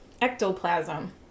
ectoplasm